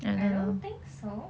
I don't think so